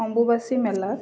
অম্বুবাচী মেলাত